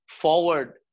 forward